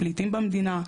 פליטים במדינה,